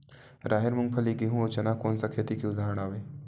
राहेर, मूंगफली, गेहूं, अउ चना कोन सा खेती के उदाहरण आवे?